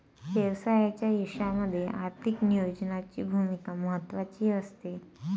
व्यवसायाच्या यशामध्ये आर्थिक नियोजनाची भूमिका महत्त्वाची असते